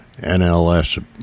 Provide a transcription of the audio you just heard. NLS